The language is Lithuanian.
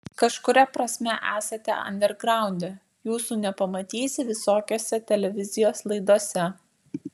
kažkuria prasme esate andergraunde jūsų nepamatysi visokiose televizijos laidose